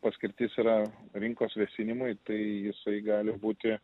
paskirtis yra rinkos vėsinimui tai jisai gali būti